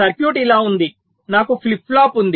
circuit ఇలా ఉంది నాకు ఫ్లిప్ ఫ్లాప్ ఉంది